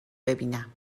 ببینم